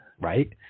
right